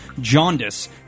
jaundice